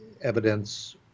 evidence